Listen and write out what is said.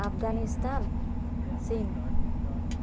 আফগানিস্তান চীন